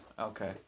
Okay